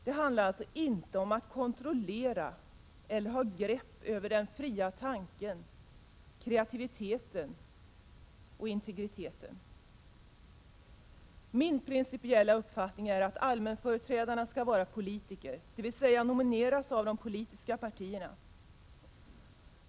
Det handlar alltså inte om att kontrollera eller ha grepp över den fria tanken, kreativiteten eller integriteten. Min principiella uppfattning är att allmänföreträdarna skall vara politiker, dvs. nomineras av de politiska partierna.